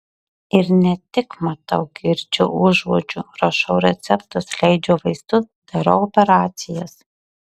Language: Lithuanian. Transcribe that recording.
ir ne tik matau girdžiu užuodžiu rašau receptus leidžiu vaistus darau operacijas